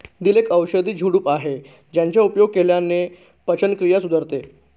दिल एक औषधी झुडूप आहे ज्याचा उपयोग केल्याने पचनक्रिया सुधारते